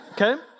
okay